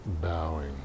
bowing